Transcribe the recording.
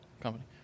company